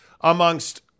amongst